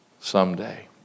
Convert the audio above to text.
someday